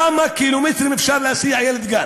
כמה קילומטרים אפשר להסיע ילד לגן.